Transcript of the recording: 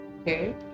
okay